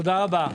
תודה רבה.